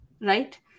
right